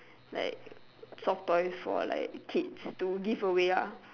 like soft toys for like kids to give away lah